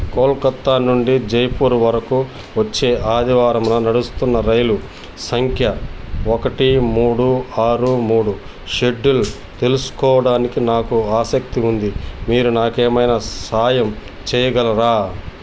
కోల్కత్తా నుండి జైపూర్ వరకు వచ్చే ఆదివారం నడుస్తున్న రైలు సంఖ్య ఒకటి మూడు ఆరు మూడు షెడ్యూల్ తెలుసుకోవడానికి నాకు ఆసక్తి ఉంది మీరు నాకు ఏమైనా సాయం చేయగలరా